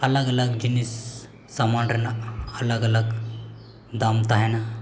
ᱟᱞᱟᱜᱽᱼᱟᱞᱟᱜᱽ ᱡᱤᱱᱤᱥ ᱥᱟᱢᱟᱱ ᱨᱮᱱᱟᱜ ᱟᱞᱟᱜᱽᱼᱟᱞᱟᱜᱽ ᱫᱟᱢ ᱛᱟᱦᱮᱱᱟ